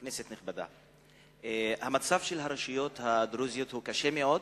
כנסת נכבדה, המצב של הרשויות הדרוזיות קשה מאוד.